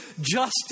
justice